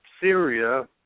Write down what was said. Syria